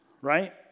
right